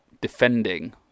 defending